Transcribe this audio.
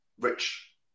rich